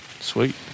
Sweet